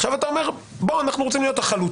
עכשיו אתה אומר, בואו, אנחנו רוצים להיות החלוצים,